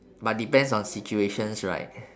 but depends on situations right